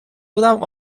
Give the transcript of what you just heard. بودم